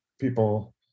people